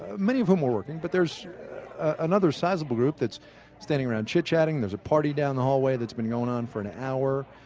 many of whom are working, but there's another sizeable group that's standing around chit-chatting. there's a party down the hall that's been going on for an hour.